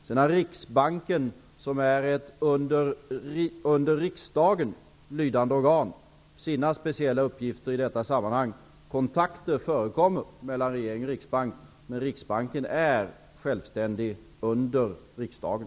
Sedan har Riksbanken, som är ett under riksdagen lydande organ, sina speciella uppgifter i detta sammanhang. Kontakter mellan regering och Riksbank förekommer, men Riksbanken är självständig under riksdagen.